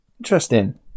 Interesting